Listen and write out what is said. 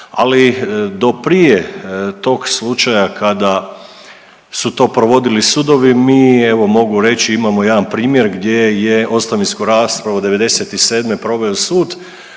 Ali do prije tog slučaja kada su to provodili dudovi mi evo mogu reći imamo jedan primjer gdje je ostavinsku raspravu '97. proveo sud,